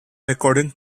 according